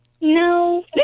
No